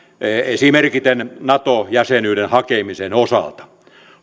esimerkiten nato jäsenyyden hakemisen osalta